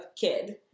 kid